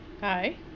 Hi